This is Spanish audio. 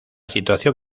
situación